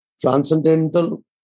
transcendental